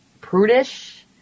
prudish